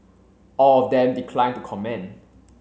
all of them declined to comment